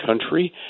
country